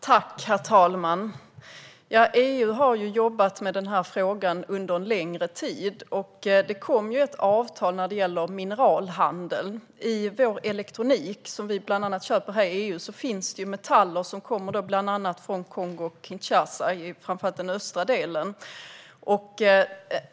Herr talman! EU har jobbat med frågan under längre tid. Det kom ett avtal när det gäller mineralhandeln. I vår elektronik som vi köper här i EU finns det metaller som kommer bland annat från Kongo-Kinshasa, framför allt från den östra delen.